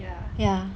ya